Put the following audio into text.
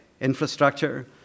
infrastructure